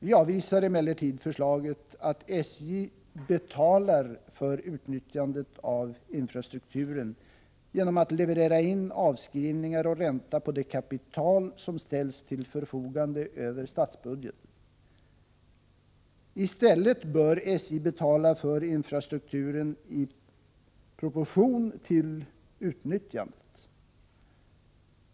Vi avvisar emellertid förslaget att SJ ”betalar” för utnyttjandet av infrastrukturen genom att leverera in avskrivningar och ränta på det kapital som ställs till förfogande över statsbudgeten. I stället bör SJ betala för infrastrukturen i proportion till utnyttjandet.